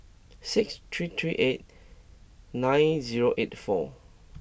six three three eight nine zero eight four